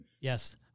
Yes